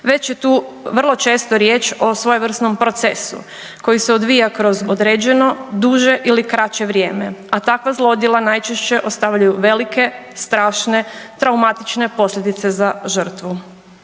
već je tu vrlo često riječ o svojevrsnom procesu koji se odvija kroz određeno duže ili kraće vrijeme, a takva zlodjela najčešće ostavljaju velike, strašne, traumatične posljedice za žrtvu.